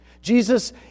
Jesus